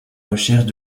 recherches